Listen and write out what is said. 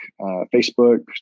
Facebook